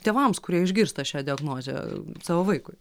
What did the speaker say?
tėvams kurie išgirsta šią diagnozę savo vaikui